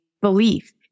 belief